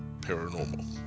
paranormal